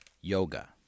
Yoga